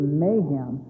mayhem